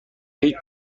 هیچ